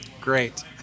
great